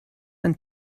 ein